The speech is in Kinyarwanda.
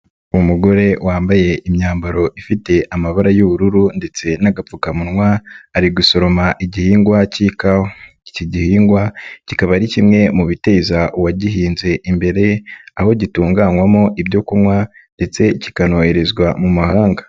Umugore wambaye imyambaro ifite amabara y'ubururu ndetse n'agapfukamunwa ari gusoroma igihingwa k'ikawa, iki gihingwa kikaba ari kimwe mu biteza uwagihinze imbere aho gitunganywamo ibyo kunywa ndetse kikanoherezwa mu mahanga.